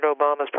Obama's